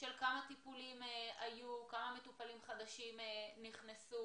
כמה טיפולים היו, כמה מטופלים חדשים נכנסו,